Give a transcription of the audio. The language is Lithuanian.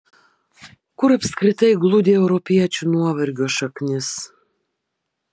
kur apskritai glūdi europiečių nuovargio šaknis